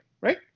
right